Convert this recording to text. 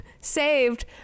saved